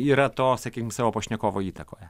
yra to sakykim savo pašnekovo įtakoje